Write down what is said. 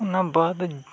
ᱱᱚᱣᱟ ᱵᱟᱦᱟ ᱫᱚᱧ